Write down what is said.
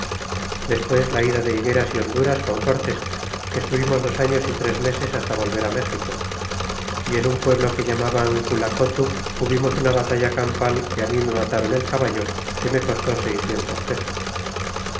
despues la ida de higueras y honduras con cortés que estuvimos dos años y tres meses hasta volver méxico y en un pueblo que llamaban cularotu hubimos una batalla campal y mi me matron el caballo que me costó seiscientos pesos